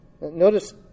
notice